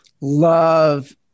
Love